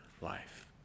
life